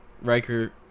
Riker